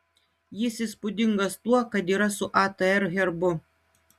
jis įspūdingas tuo kad yra su atr herbu